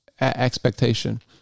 expectation